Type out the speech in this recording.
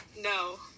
No